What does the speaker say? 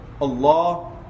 Allah